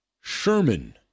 Sherman